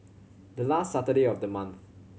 the last Saturday of the month